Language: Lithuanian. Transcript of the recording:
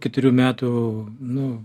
keturių metų nu